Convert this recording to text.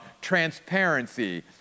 transparency